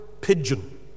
pigeon